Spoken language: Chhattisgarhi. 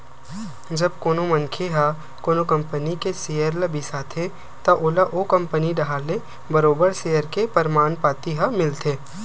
जब कोनो मनखे ह कोनो कंपनी के सेयर ल बिसाथे त ओला ओ कंपनी डाहर ले बरोबर सेयर के परमान पाती ह मिलथे